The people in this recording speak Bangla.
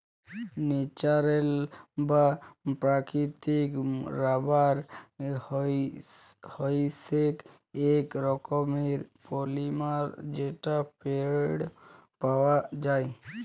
ন্যাচারাল বা প্রাকৃতিক রাবার হইসেক এক রকমের পলিমার যেটা পেড় পাওয়াক যায়